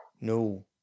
No